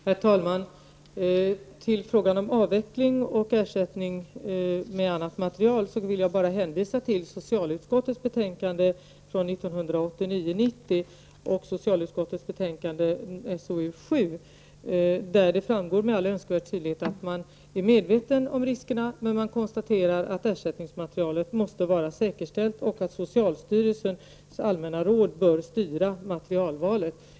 Herr talman! Till frågan om avveckling och ersättning med annat material vill jag bara hänvisa till socialutskottets betänkande 1989/90:7 där det med all önskvärd tydlighet framgår att man är medveten om riskerna men att man konstaterar att ersättningsmaterialet måste vara säkerställt och att socialstyrelsens allmänna råd bör styra materialvalet.